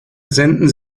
senden